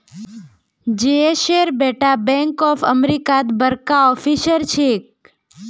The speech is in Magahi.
जयेशेर बेटा बैंक ऑफ अमेरिकात बड़का ऑफिसर छेक